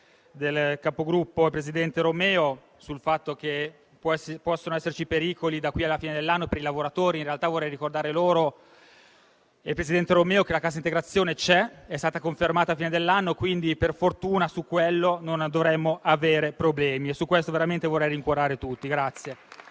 del Capogruppo e presidente Romeo, sul fatto che possano esserci pericoli, da qui alla fine dell'anno, per i lavoratori. In realtà, vorrei ricordare a loro e al presidente Romeo che la cassa integrazione c'è ed è stata confermata fino alla fine dell'anno: quindi, per fortuna, su questo aspetto non dovremmo avere problemi e veramente vorrei rincuorare tutti.